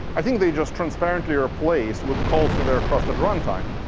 i think they just transparently are placed with calls to their trusted runtime.